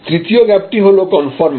তৃতীয় গ্যাপটি হল কনফর্মন্স